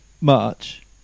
March